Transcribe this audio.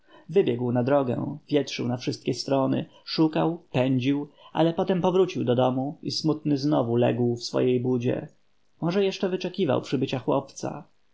wybiegł na drogę wietrzył na wszystkie strony szukał pędził ale potem powrócił do domu i smutny znów legł w swojej budzie może jeszcze wyczekiwał przybycia chłopca